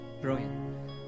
Brilliant